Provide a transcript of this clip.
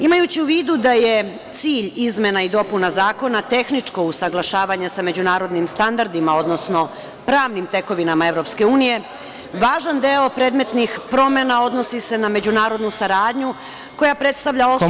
Imajući u vidu da je cilj izmena i dopuna zakona tehničko usaglašavanje sa međunarodnim standardima, odnosno pravnim tekovinama EU, važan deo predmetnih promena odnosi se na međunarodnu saradnju koja predstavlja osnov…